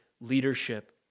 leadership